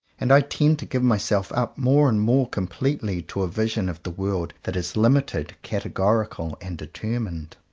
and i tend to give myself up more and more completely to a vision of the world that is limited, categorical, and determined.